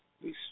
Please